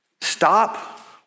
Stop